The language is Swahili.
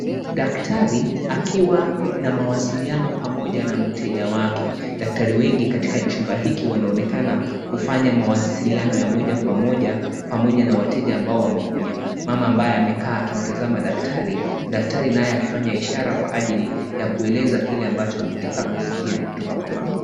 Daktari akiwa na mawasiliano pamoja na mteja wake. Daktari wengi katika chumba hiki wanaonekana kufanya mawasiliano ya moja kwa moja pamoja na wateja ambao wamekuja. Mama ambaye amekaa akimtazama daktari, daktari naye akifanya ishara kwa ajili ya kueleza kile ambacho angetaka kusikia kutoka kwa mama.